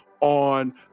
on